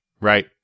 Right